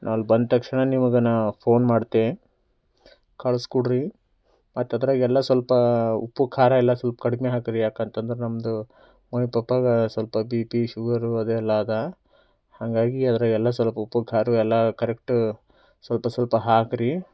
ನಾವು ಅಲ್ಲಿ ಬಂದ ತಕ್ಷಣ ನಿಮಗೆ ನಾ ಫೋನ್ ಮಾಡ್ತೆ ಕಳ್ಸಿ ಕೊಡ್ರಿ ಮತ್ತೆ ಅದರಾಗೆ ಎಲ್ಲ ಸ್ವಲ್ಪ ಉಪ್ಪು ಖಾರ ಎಲ್ಲ ಸ್ವಲ್ಪ ಕಡಿಮೆ ಹಾಕಿ ಯಾಕೆಂತಂದ್ರೆ ನಮ್ದು ಮಮ್ಮಿ ಪಪ್ಪಾಗೆ ಸ್ವಲ್ಪ ಬಿ ಪಿ ಶುಗರು ಅದೆಲ್ಲ ಇದೆ ಹಂಗಾಗಿ ಅದ್ರಾಗೆ ಎಲ್ಲ ಸ್ವಲ್ಪ ಉಪ್ಪು ಖಾರವ ಎಲ್ಲ ಕರೆಕ್ಟು ಸ್ವಲ್ಪ ಸ್ವಲ್ಪ ಹಾಕಿರಿ